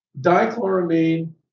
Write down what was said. dichloramine